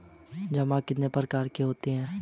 जमा कितने प्रकार के होते हैं?